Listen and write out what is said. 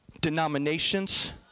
denominations